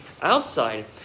outside